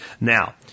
now